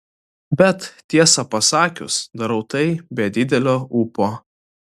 bet tiesą pasakius darau tai be didelio ūpo